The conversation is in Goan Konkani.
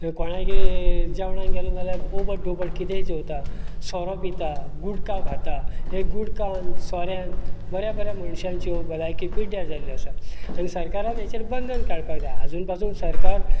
कोणायगेर जेवणांक गेलो जाल्यार ओबड धोबड कितेंय जेवता सोरो पिता गुटका खाता हे गुटकान सोऱ्यान बऱ्या बऱ्या मनशांच्यो भलायकी पिड्ड्यार जाल्ल्यो आसा आनी सरकारान हाचेर बंधन काडपा जाय आजून पासून सरकार